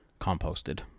composted